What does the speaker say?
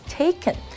taken